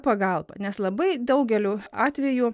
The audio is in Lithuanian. pagalba nes labai daugeliu atvejų